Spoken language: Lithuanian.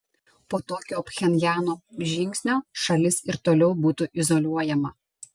po tokio pchenjano žingsnio šalis ir toliau būtų izoliuojama